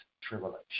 tribulation